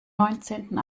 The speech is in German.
neunzehnten